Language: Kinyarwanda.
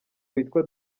witwa